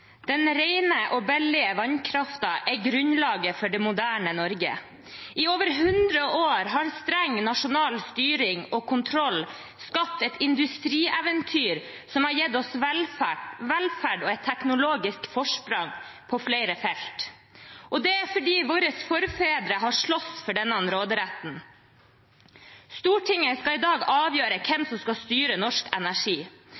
Den rene og billige vannkraften er grunnlaget for det moderne Norge. I over 100 år har streng nasjonal styring og kontroll skapt et industrieventyr som har gitt oss velferd og et teknologisk forsprang på flere felter. Det er fordi våre forfedre har slåss for denne råderetten. Stortinget skal i dag avgjøre